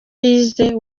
yize